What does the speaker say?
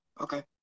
Okay